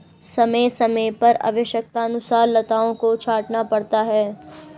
समय समय पर आवश्यकतानुसार लताओं को छांटना पड़ता है